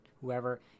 whoever